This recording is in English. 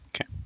okay